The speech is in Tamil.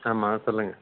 ஆமாம் சொல்லுங்கள்